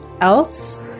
else